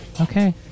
Okay